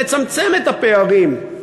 לצמצם את הפערים,